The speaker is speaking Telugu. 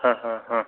ఆహా